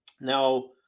Now